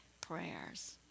prayers